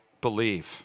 believe